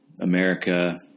America